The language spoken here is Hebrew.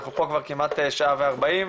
אנחנו פה כבר כמעט שעה ו-40,